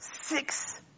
Six